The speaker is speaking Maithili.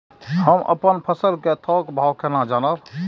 हम अपन फसल कै थौक भाव केना जानब?